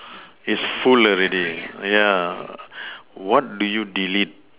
is full already yeah what do you delete